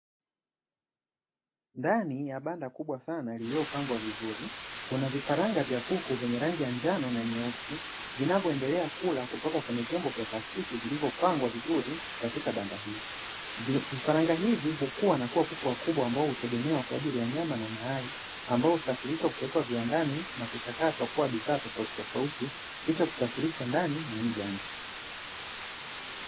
Ndani ya banda kubwa sana lililopangwa vizuri, kuna vifaranga vya kuku vyenye rangi ya njano na nyeusi vinavyoendela kula kutoka kwenye vyombo vya plastiki vilivyopangwa vizuri katika banda hili. Vifaranga hivi hukuwa na kuwa kuku wakubwa ambao hutegemewa kwa ajili ya nyama na mayai, ambayo husafirishwa kupelekwa viwandani na kuchakatwa kuwa bidhaa tofautitofauti kisha kusafirishwa ndani na nje ya nchi.